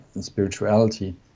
spirituality